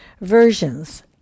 versions